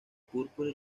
púrpura